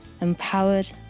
empowered